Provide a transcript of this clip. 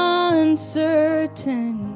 uncertain